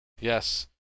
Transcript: Yes